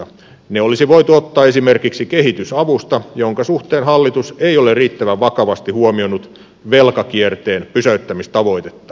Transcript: ne olisi voitu ottaa esimerkiksi kehitysavusta jonka suhteen hallitus ei ole riittävän vakavasti huomioinut velkakierteen pysäyttämistavoitetta